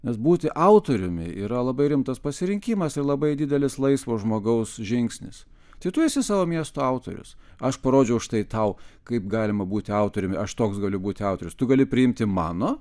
nes būti autoriumi yra labai rimtas pasirinkimas ir labai didelis laisvo žmogaus žingsnis tai tu esi savo miesto autorius aš parodžiau štai tau kaip galima būti autoriumi aš toks gali būti autorius tu gali priimti mano